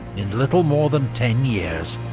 in little more than ten years.